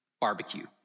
barbecue